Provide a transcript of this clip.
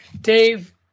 Dave